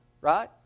right